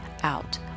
out